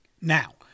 Now